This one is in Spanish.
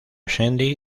sandy